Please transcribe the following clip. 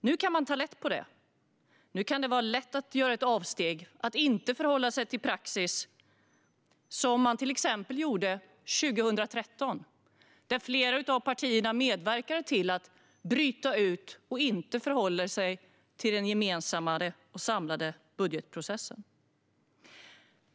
Nu kan man ta lätt på det. Nu kan det vara lätt att göra ett avsteg och inte förhålla sig till praxis, som man till exempel gjorde 2013. Då medverkade flera av partierna till att bryta ut och inte förhålla sig till den gemensamma, samlade budgetprocessen.